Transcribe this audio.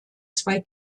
zwei